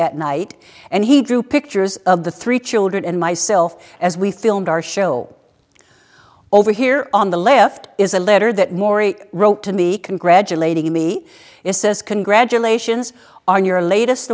that night and he drew pictures of the three children and myself as we filmed our show all over here on the left is a letter that morrie wrote to me congratulating me it says congratulations on your latest